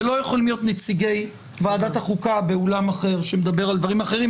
ולא יכולים להיות נציגי ועדת החוקה באולם אחר שמדבר על דברים אחרים.